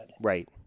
Right